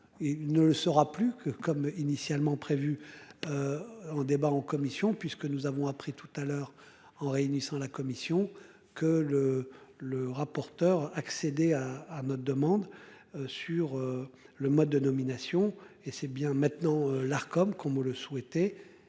Il ne le sera plus que comme initialement prévu. En débat en commission puisque nous avons appris tout à l'heure, en réunissant la commission que le le rapporteur accéder à notre demande. Sur le mode de nomination. Et c'est bien maintenant l'Arcom comme vous le souhaitez.